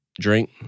drink